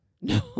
no